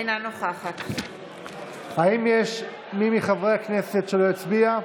אינה נוכחת האם יש מי מחברי הכנסת שלא הצביע?